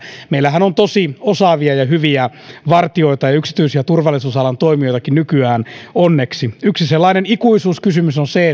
meillähän on tosi osaavia ja hyviä vartijoita ja yksityisiä turvallisuusalan toimijoitakin nykyään onneksi yksi sellainen ikuisuuskysymys on se